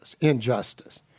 injustice